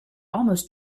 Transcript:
almost